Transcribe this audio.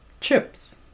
chips